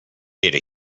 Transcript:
ate